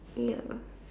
ya